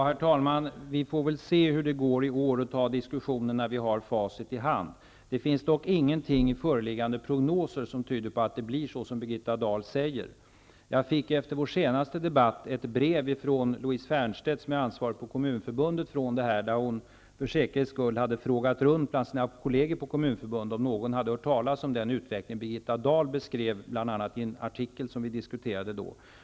Herr talman! Vi får väl se hur det går och ta diskussionen i vår när vi har facit i hand. Det finns dock ingenting i föreliggande prognoser som tyder på att det blir så som Birgitta Dahl säger. Efter vår senaste debatt fick jag ett brev från Louise Fernstedt som är den ansvarige på Kommunförbundet. Hon hade för säkerhets skull frågat runt bland sina kolleger på Kommunförbundet om någon hade hört talas om den utveckling som Birgitta Dahl beskrev bl.a. i en artikel som vi diskuterade under denna debatt.